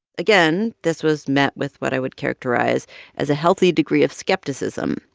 again, this was met with what i would characterize as a healthy degree of skepticism,